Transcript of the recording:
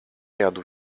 jadł